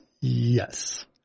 yes